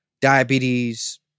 diabetes